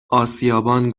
آسیابان